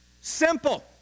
Simple